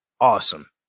awesome